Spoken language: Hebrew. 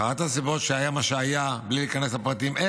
שאחת הסיבות שהיה מה שהיה, בלי להיכנס לפרטים איך,